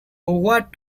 what